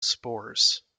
spores